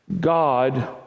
God